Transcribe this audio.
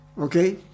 Okay